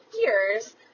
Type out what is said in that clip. years